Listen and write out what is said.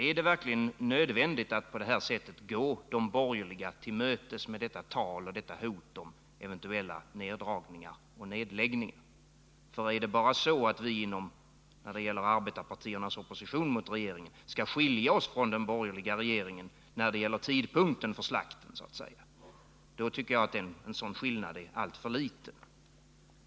Är det verkligen nödvändigt att på det här sättet gå de borgerliga till mötes med detta tal och detta hot om eventuella neddragningar och nedläggningar? Är det så att vi inom arbetarpartierna som opposition mot regeringen bara skall skilja oss från den borgerliga regeringen när det gäller tidpunkten för slakten så att säga, tycker jag skillnaden är alltför liten.